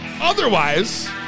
otherwise